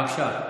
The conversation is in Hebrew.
בבקשה.